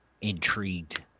intrigued